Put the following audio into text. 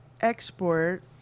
export